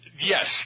yes